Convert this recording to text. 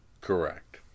Correct